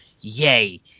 yay